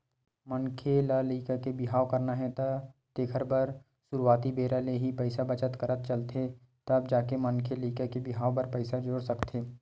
मनखे ल लइका के बिहाव करना हे तेखर बर सुरुवाती बेरा ले ही पइसा बचत करत चलथे तब जाके मनखे लइका के बिहाव बर पइसा जोरे सकथे